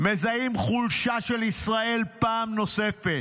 מזהים חולשה של ישראל פעם נוספת,